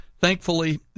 thankfully